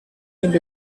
and